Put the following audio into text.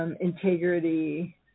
integrity